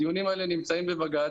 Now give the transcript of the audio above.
הדיונים האלה נמצאים בבג"ץ,